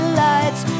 lights